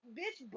bitch